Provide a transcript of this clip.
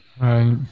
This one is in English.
Right